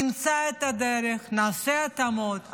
נמצא את הדרך, נעשה התאמות.